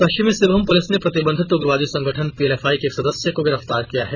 पश्चिमी सिंहभूम पूलिस ने प्रतिबंधित उग्रवादी संगठन पीएलएफआई के एक सदस्य को गिरफ्तार किया है